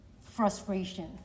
frustration